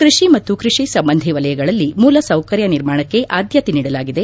ಕೃಷಿ ಮತ್ತು ಕೃಷಿ ಸಂಬಂಧಿ ವಲಯಗಳಲ್ಲಿ ಮೂಲಸೌಕರ್ಯ ನಿರ್ಮಾಣಕ್ಕೆ ಆದ್ದತೆ ನೀಡಲಾಗಿದೆ